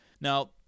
now